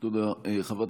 תודה.